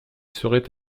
serait